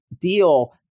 deal